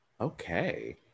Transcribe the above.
okay